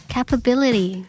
Capability